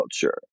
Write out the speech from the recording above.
culture